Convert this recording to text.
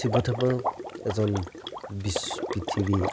শিৱ থাপা এজন বিশ্ব পৃথিৱী